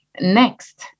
Next